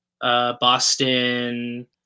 Boston